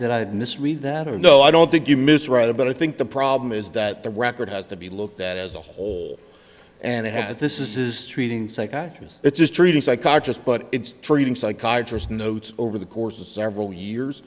misread that or no i don't think you misrata but i think the problem is that the record has to be looked at as a whole and it has this is treating psychiatrist it's treating psychologist but it's treating psychiatrist notes over the course of several years